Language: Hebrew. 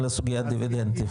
אין לה סוגיית דיבידנד.